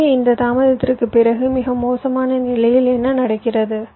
எனவே இந்த தாமதத்திற்குப் பிறகு மிக மோசமான நிலையில் என்ன நடக்கிறது